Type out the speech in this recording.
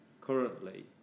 currently